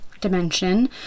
dimension